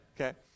Okay